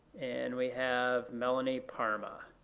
and we have melanie parma?